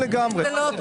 זה לא אותו מקרה.